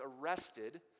arrested